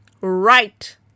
right